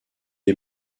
les